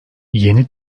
yeni